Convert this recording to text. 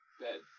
bed